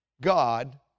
God